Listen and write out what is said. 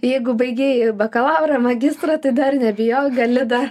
jeigu baigei bakalaurą magistrą tai dar nebijok gali dar